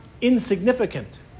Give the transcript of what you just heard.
insignificant